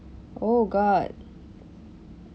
oh god